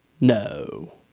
No